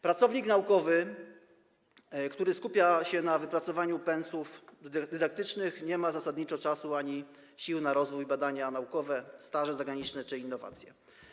Pracownik naukowy, który skupia się na wypracowaniu pensów dydaktycznych, nie ma zasadniczo czasu ani sił na rozwój, badania naukowe, staże zagraniczne czy innowacje.